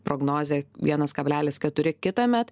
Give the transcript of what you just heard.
prognozė vienas kablelis keturi kitąmet